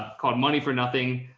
called money for nothing,